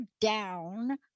down